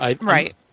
Right